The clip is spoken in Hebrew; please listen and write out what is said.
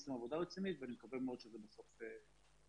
הם עושים עבודה רצינית ואני מקווה מאוד שבסוף זה יצליח.